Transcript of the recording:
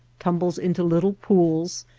tumbles into little pools,